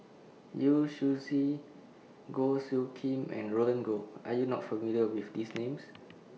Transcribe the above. Yu Zhuye Goh Soo Khim and Roland Goh Are YOU not familiar with These Names